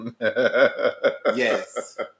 Yes